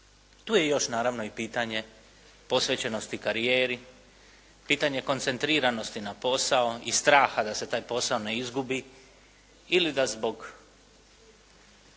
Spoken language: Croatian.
Tu je još naravno i pitanje posvećenosti karijeri, pitanje koncentriranosti na posao iz straha da se taj posao ne izgubi ili da zbog